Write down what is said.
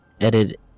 edit